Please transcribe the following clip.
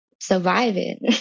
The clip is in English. surviving